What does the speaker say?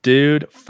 Dude